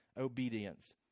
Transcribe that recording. obedience